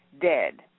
dead